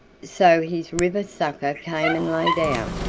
so his river-sucker came and lay down,